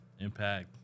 impact